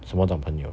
怎么讲朋友